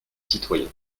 citoyen